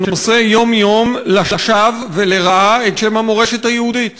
שנושא יום-יום לשווא ולרעה את שם המורשת היהודית.